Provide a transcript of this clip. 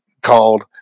called